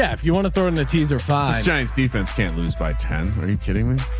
yeah if you want to throw in the teaser fast defense, can't lose by tens. are you kidding me?